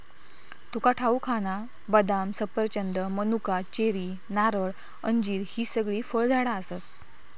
तुका ठाऊक हा ना, बदाम, सफरचंद, मनुका, चेरी, नारळ, अंजीर हि सगळी फळझाडा आसत